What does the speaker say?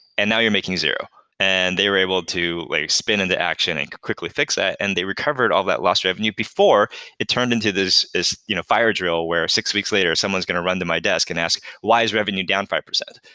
and now you're making zero. they were able to like spin into action and quickly fix that and they recovered all that lost revenue before it turned into this you know fire drill where six weeks later someone's going to run to my desk and ask, why is revenue down five percent?